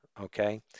okay